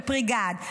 של פריגת,